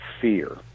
fear